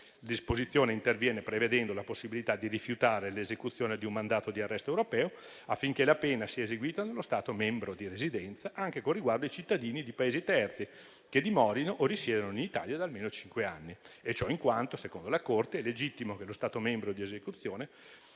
disposizione interviene prevedendo la possibilità di rifiutare l'esecuzione di un mandato di arresto europeo, affinché la pena sia eseguita nello Stato membro di residenza, anche con riguardo ai cittadini di Paesi terzi che dimorino o risiedano in Italia da almeno cinque anni. Ciò in quanto, secondo la Corte, è legittimo che lo Stato membro di esecuzione